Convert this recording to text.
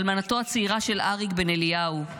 אלמנתו הצעירה של אריק בן אליהו.